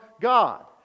God